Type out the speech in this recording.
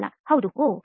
ಬಾಲಾ ಹೌದು ಓಹ್